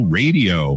radio